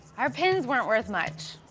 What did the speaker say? our pins weren't worth much.